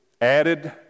added